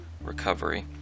recovery